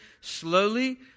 slowly